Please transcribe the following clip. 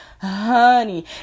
honey